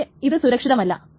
പക്ഷേ ഇത് സുരക്ഷിതമല്ല